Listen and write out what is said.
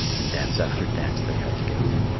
and dance after dance they had together.